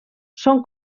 són